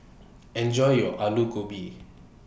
Enjoy your Aloo Gobi